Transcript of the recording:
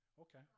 okay